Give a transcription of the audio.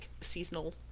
seasonal